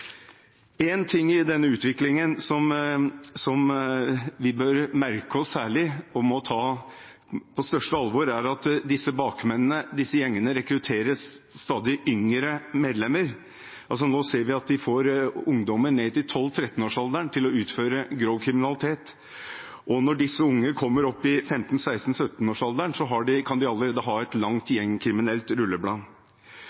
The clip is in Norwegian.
Én ting i denne utviklingen som vi bør merke oss særlig og må ta på største alvor, er at disse bakmennene, disse gjengene, rekrutterer stadig yngre medlemmer. Nå ser vi at de får ungdommer ned i 12–13-årsalderen til å utføre grov kriminalitet. Når disse unge kommer opp i 15–16–17-årsalderen, kan de allerede ha et langt